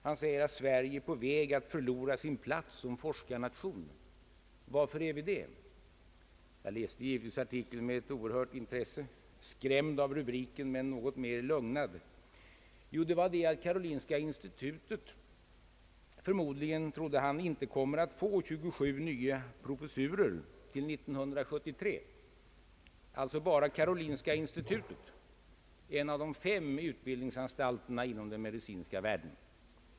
Han säger att Sverige är på väg att förlora sin plats som forskarnation. Varför är det så? Jag läste givetvis artikeln med ett oerhört stort intresse, skrämd av rubriken, men sedan något lugnad. Jo, han trodde att karolinska institutet inte kommer att få 27 nya professurer till 1973 — alltså bara karolinska institutet, en av de fem utbildningsanstalterna inom den medicinska världen.